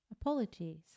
Apologies